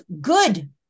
good